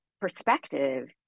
perspective